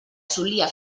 solia